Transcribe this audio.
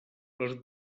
les